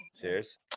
Cheers